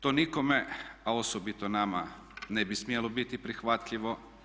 To nikome a osobito nama ne bi smjelo biti prihvatljivo.